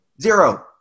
zero